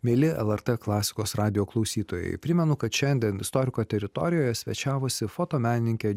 mieli lrt klasikos radijo klausytojai primenu kad šiandien istoriko teritorijoje svečiavosi fotomenininkė